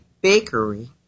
Bakery